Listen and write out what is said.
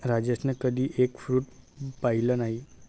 राजेशने कधी egg fruit पाहिलं नाही